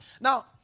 Now